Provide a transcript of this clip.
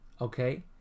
okay